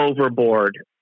overboard